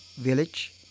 village